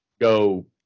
go